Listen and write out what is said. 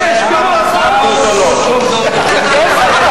שעומדות לרשותי?